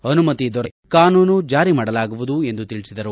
ಅನುಮತಿ ದೊರೆತ ಕೂಡಲೇ ಕಾನೂನು ಜಾರಿ ಮಾಡಲಾಗುವುದು ಎಂದು ತಿಳಿಸಿದರು